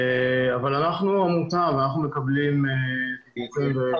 אבל אנחנו עמותה ואנחנו מקבלים --- במה